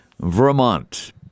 Vermont